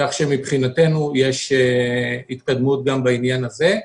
כך שמבחינתנו יש התקדמות גם בעניין הזה.